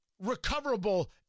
recoverable